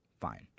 fine